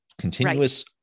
Continuous